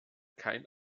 kein